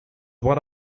one